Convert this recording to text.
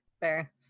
Fair